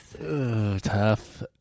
Tough